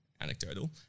anecdotal